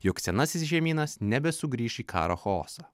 jog senasis žemynas nebesugrįš į karo chaosą